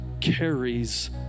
carries